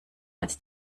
als